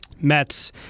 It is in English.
Mets